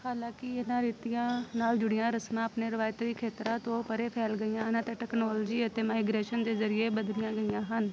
ਹਾਲਾਂਕਿ ਇਨ੍ਹਾਂ ਰੀਤੀਆਂ ਨਾਲ ਜੁੜੀਆਂ ਰਸਮਾਂ ਆਪਣੇ ਰਵਾਇਤੀ ਖੇਤਰਾਂ ਤੋਂ ਪਰੇ ਫੈਲ ਗਈਆਂ ਹਨ ਅਤੇ ਟੈਕਨੋਲੋਜੀ ਅਤੇ ਮਾਈਗ੍ਰੇਸ਼ਨ ਦੇ ਜ਼ਰੀਏ ਬਦਲੀਆਂ ਗਈਆਂ ਹਨ